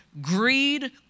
Greed